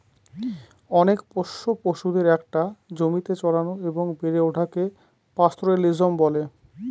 অনেক পোষ্য পশুদের একটা জমিতে চড়ানো এবং বেড়ে ওঠাকে পাস্তোরেলিজম বলে